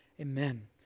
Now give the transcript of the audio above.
Amen